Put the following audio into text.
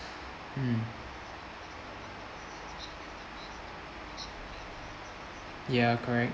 mm ya correct